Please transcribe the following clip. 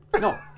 No